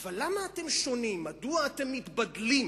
אבל למה אתם שונים, מדוע אתם מתבדלים?